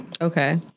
Okay